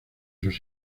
sus